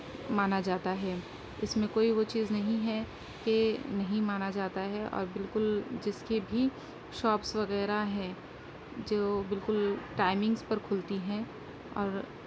مانا جاتا ہے اس میں کوئی وہ چیز نہیں ہے کہ نہیں مانا جاتا ہے اور بالکل جس کے بھی شاپس وغیرہ ہیں جو بالکل ٹائمنگس پر کھلتی ہیں اور